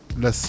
la